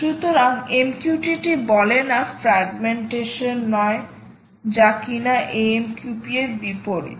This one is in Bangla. সুতরাং MQTT ক্ষেত্রে ফ্রাগমেন্টেশন প্রযোজ্য নয় যা কিনা AMQP এর বিপরীত